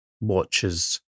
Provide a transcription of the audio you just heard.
watches